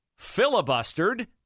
filibustered